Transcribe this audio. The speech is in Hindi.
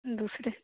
दूसरे